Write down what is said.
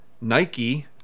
Nike